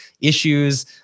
issues